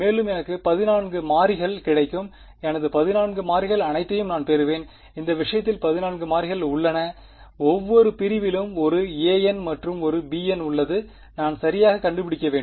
மேலும் எனக்கு 14 மாறிகள் கிடைக்கும் எனது 14 மாறிகள் அனைத்தையும் நான் பெறுவேன் இந்த விஷயத்தில் 14 மாறிகள் உள்ளன ஒவ்வொரு பிரிவிலும் ஒரு an மற்றும் ஒரு bn உள்ளது நான் சரியாக கண்டுபிடிக்க வேண்டும்